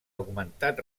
augmentat